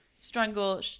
strangle